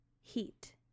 Heat